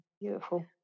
Beautiful